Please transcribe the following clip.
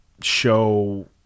show